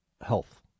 health